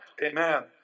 amen